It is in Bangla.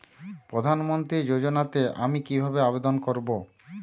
প্রধান মন্ত্রী যোজনাতে আমি কিভাবে আবেদন করবো?